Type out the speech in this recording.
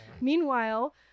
Meanwhile